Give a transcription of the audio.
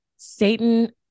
satan